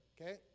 okay